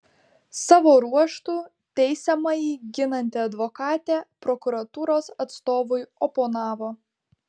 savo ruožtu teisiamąjį ginanti advokatė prokuratūros atstovui oponavo